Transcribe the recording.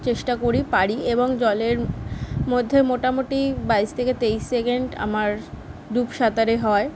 চেষ্টা করি পারি এবং জলের ম্ মধ্যে মোটামুটি বাইশ থেকে তেইশ সেকেন্ড আমার ডুব সাঁতারে হয়